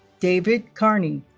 david carney